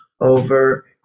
over